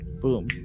boom